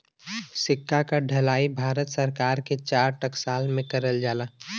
सिक्का क ढलाई भारत सरकार के चार टकसाल में करल जाला